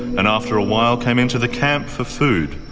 and after a while came into the camp for food.